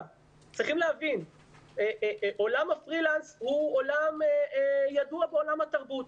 צריך להבין שעולם הפרילנס הוא עולם ידוע בעולם התרבות.